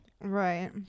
right